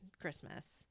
Christmas